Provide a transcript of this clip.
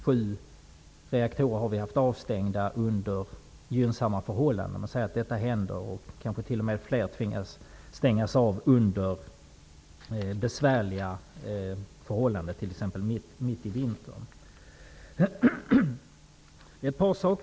Under gynnsamma förhållanden har vi haft sju reaktorer avstängda. Man kan tänka sig detta hända under besvärliga förhållanden, exempelvis mitt i vintern, och man kan tänka sig att t.o.m. fler reaktorer tvingas stängas av.